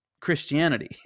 Christianity